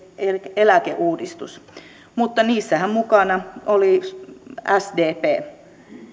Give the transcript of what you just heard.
eläkeuudistus mutta niissähän mukana oli sdp